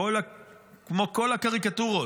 כמו כל הקריקטורות,